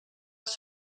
els